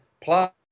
plus